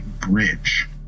bridge